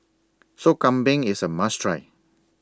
Sop Kambing IS A must Try